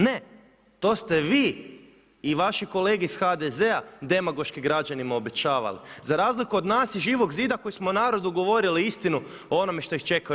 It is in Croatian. Ne, to ste vi i vaše kolege iz HDZ-a demagoški građanima obećavali, za razliku od nas iz Živog zida koji smo narodu govorili istinu o onome što ih čeka u EU.